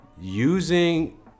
using